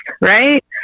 right